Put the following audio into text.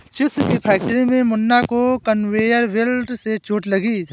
chips की factory में मुन्ना को कन्वेयर बेल्ट से चोट लगी है